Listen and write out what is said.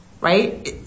right